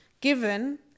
Given